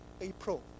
April